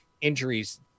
injuries